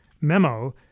memo